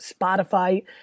Spotify